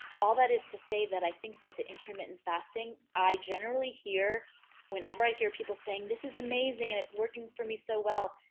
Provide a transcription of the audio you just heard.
all that is to say that i think that the intermittent fasting i generally hear whenever i hear people saying, this is amazing and it's working for me so well.